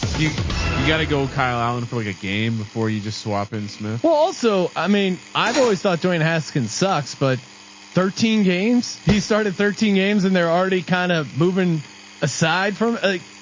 you got to go kyle allen for like a game before you just so and so also, i mean, i've always thought dwayne haskins sucks, but thirteen games, he started thirteen games and they're already kind of moving aside from like,